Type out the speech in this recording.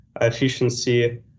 efficiency